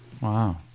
Wow